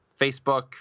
Facebook